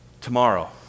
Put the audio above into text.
tomorrow